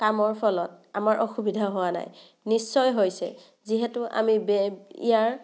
কামৰ ফলত আমাৰ অসুবিধা হোৱা নাই নিশ্চয় হৈছে যিহেতু আমি বে ইয়াৰ